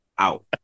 Out